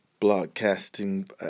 broadcasting